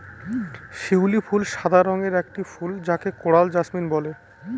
শিউলি ফুল সাদা রঙের একটি ফুল যাকে কোরাল জাসমিন বলে